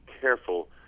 careful